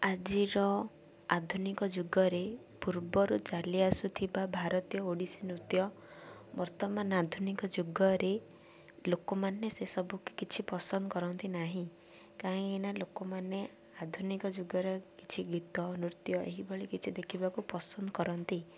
ଆଜିର ଆଧୁନିକ ଯୁଗରେ ପୂର୍ବରୁ ଚାଲି ଆସୁଥିବା ଭାରତୀୟ ଓଡ଼ିଶୀ ନୃତ୍ୟ ବର୍ତ୍ତମାନ ଆଧୁନିକ ଯୁଗରେ ଲୋକମାନେ ସେ ସବୁକି କିଛି ପସନ୍ଦ କରନ୍ତି ନାହିଁ କାହିଁକି ନା ଲୋକମାନେ ଆଧୁନିକ ଯୁଗରେ କିଛି ଗୀତ ନୃତ୍ୟ ଏହିଭଳି କିଛି ଦେଖିବାକୁ ପସନ୍ଦ କରନ୍ତି